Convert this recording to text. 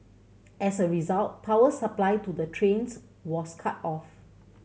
as a result power supply to the trains was cut off